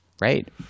right